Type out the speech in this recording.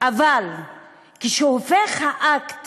אבל כשהופך האקט